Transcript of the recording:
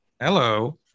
Hello